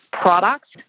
products